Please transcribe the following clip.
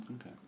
Okay